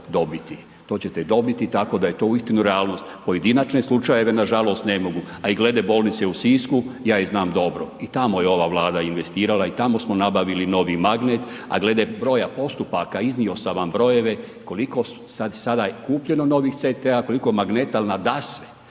To ćete dobiti tako da je to uistinu realnost. Pojedinačne slučajeve nažalost ne mogu, a i glede bolnice u Sisku ja je znam dobro. I tamo je ova Vlada investirala i tamo smo nabavili novi magnet, a glede broja postupaka iznio sam vam brojeve koliko sada je kupljeno novih CT-a koliko magneta, ali nadasve